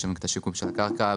שם יש שיקום קרקע,